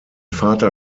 vater